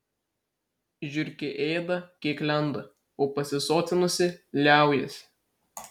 žiurkė ėda kiek lenda o pasisotinusi liaujasi